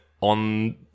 on